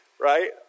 right